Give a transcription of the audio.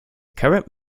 current